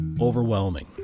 overwhelming